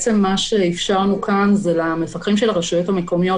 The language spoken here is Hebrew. מה שאפשרנו כאן זה למפקחים של הרשויות המקומיות